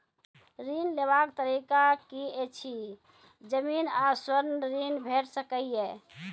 ऋण लेवाक तरीका की ऐछि? जमीन आ स्वर्ण ऋण भेट सकै ये?